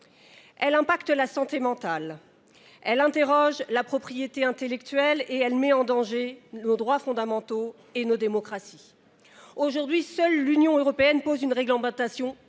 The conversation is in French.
a un impact sur la santé mentale ; elle bouscule la propriété intellectuelle et met en danger nos droits fondamentaux et nos démocraties. Aujourd’hui, seule l’Union européenne propose une réglementation, unique